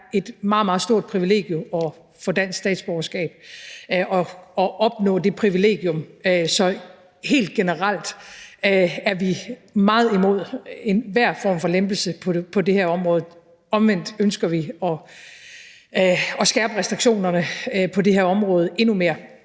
meget stort privilegium at få dansk statsborgerskab, at opnå det privilegium. Så helt generelt er vi meget imod enhver form for lempelse på det her område. Omvendt ønsker vi at skærpe restriktionerne på det her område endnu mere,